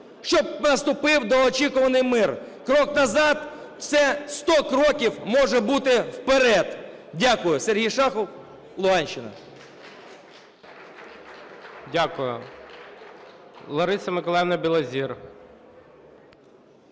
щоб наступив довгоочікуваний мир. Крок назад - це 100 кроків може бути вперед. Дякую. Сергій Шахов, Луганщина. ГОЛОВУЮЧИЙ. Дякую. Лариса Миколаївна Білозір.